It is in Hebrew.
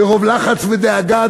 מרוב לחץ ודאגה,